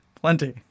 Plenty